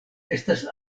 estas